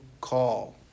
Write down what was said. call